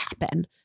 happen